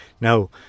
Now